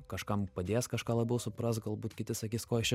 kažkam padės kažką labiau suprast galbūt kiti sakys ko jis čia